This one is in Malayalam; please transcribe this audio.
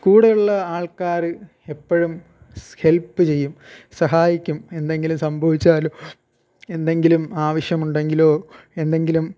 കൂടെയുള്ള ആൾക്കാർ എപ്പോഴും ഹെൽപ്പ് ചെയ്യും സഹായിക്കും എന്തെങ്കിലും സംഭവിച്ചാലും എന്തെങ്കിലും ആവശ്യമുണ്ടെങ്കിലോ എന്തെങ്കിലും